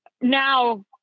now